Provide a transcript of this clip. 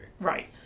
Right